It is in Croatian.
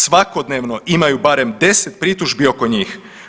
Svakodnevno imaju barem 10 pritužbi oko njih.